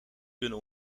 kunnen